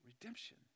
Redemption